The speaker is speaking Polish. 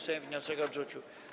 Sejm wniosek odrzucił.